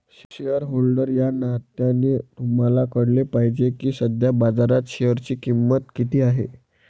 shareholder या नात्याने तुम्हाला कळले पाहिजे की सध्या बाजारात शेअरची किंमत किती आहे